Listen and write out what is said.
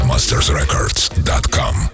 MastersRecords.com